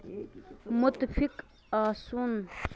مُتفِق آسُن